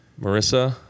Marissa